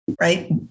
right